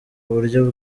buryo